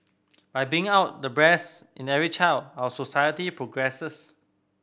by bringing out the breast in every child our society progresses